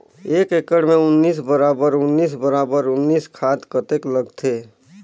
एक एकड़ मे उन्नीस बराबर उन्नीस बराबर उन्नीस खाद कतेक लगथे?